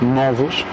novos